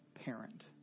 parent